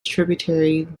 tributary